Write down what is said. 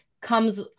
comes